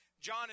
John